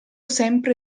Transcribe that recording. sempre